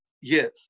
yes